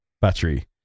battery